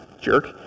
jerk